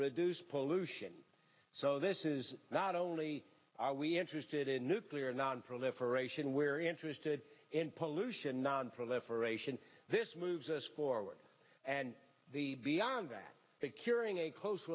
reduce pollution so this is not only are we interested in nuclear nonproliferation shinwari interested in pollution nonproliferation this moves us forward and the beyond that securing a close